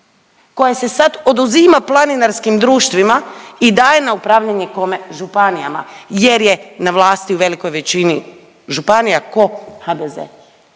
koja se sad oduzima planinarskim društvima i daje na upravljanje, kome, županijama jer je na vlasti u velikoj većini županija, tko, HDZ.